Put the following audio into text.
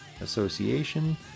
Association